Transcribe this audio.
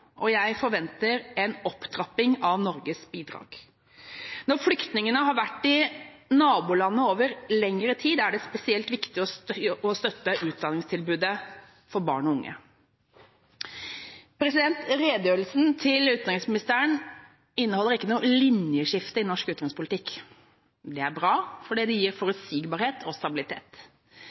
og jeg forventer en opptrapping av Norges bidrag. Når flyktningene nå har vært i nabolandene over lengre tid, er det spesielt viktig å støtte utdanningstilbudet for barn og unge. Redegjørelsen til utenriksministeren inneholder ikke noe linjeskifte i norsk utenrikspolitikk. Det er bra fordi det gir forutsigbarhet og stabilitet.